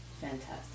fantastic